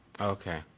Okay